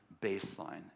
baseline